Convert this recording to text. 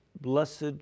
blessed